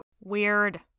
Weird